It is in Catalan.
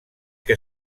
que